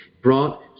brought